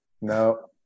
No